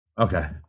Okay